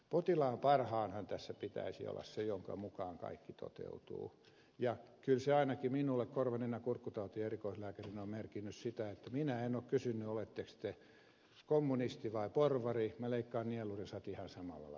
potilaan parhaanhan tässä pitäisi olla se minkä mukaan kaikki toteutuu ja kyllä se ainakin minulle korva nenä ja kurkkutautien erikoislääkärinä on merkinnyt sitä että minä en ole kysynyt oletteko te kommunisti vai porvari minä leikkaan nielurisat ihan samalla lailla